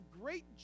great